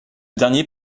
dernier